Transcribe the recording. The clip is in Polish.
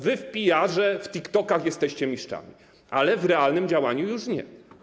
W PR-ze, w TikTokach jesteście mistrzami, ale w realnym działaniu już nie.